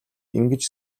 ингэж